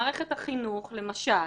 מערכת החינוך למשל